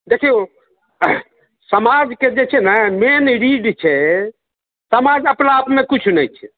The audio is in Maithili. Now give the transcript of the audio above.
देखियौ समाजके जे छै ने मेन रीढ़ छै समाज अपना आपमे किछु नहि छै